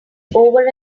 over